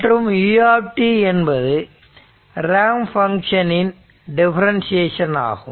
மற்றும் u என்பது ramp function இன் டிஃபரண்டியேஷன் ஆகும்